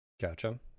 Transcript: Gotcha